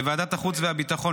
בוועדת החוץ והביטחון,